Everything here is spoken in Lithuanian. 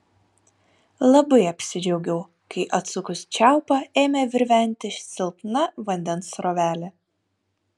labai apsidžiaugiau kai atsukus čiaupą ėmė virventi silpna vandens srovelė